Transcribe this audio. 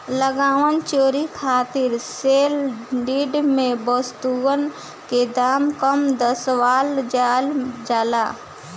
लगान चोरी खातिर सेल डीड में वस्तुअन के दाम कम दरसावल जाइल जाला